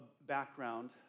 background